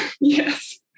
yes